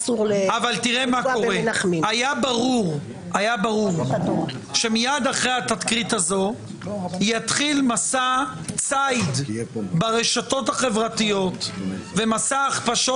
היה ברור שמיד אחרי התקרית הזו יתחיל מסע ציד ברשתות החברתיות ומסע הכפשות